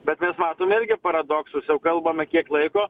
bet mes matome irgi paradoksuose jau kalbame kiek laiko